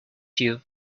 you